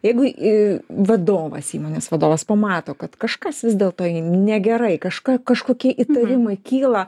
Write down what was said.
jeigu į vadovas įmonės vadovas pamato kad kažkas vis dėlto negerai kažką kažkokie įtarimai kyla